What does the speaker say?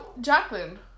Jacqueline